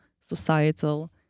societal